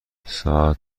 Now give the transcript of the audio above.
ساعت